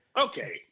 okay